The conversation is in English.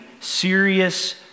serious